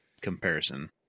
comparison